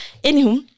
Anywho